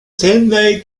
sydney